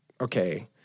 okay